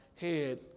head